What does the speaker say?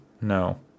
no